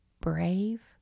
brave